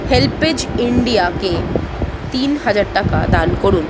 HelpAge ইন্ডিয়াকে তিন হাজার টাকা দান করুন